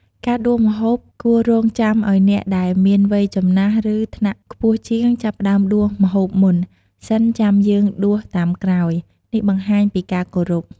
ការដួសម្ហូបគួររង់ចាំឱ្យអ្នកដែលមានវ័យចំណាស់ ឬ ថ្នាក់ខ្ពស់ជាងចាប់ផ្ដើមដួសម្ហូបមុនសិនចាំយើងដួសតាមក្រោយ នេះបង្ហាញពីការគោរព។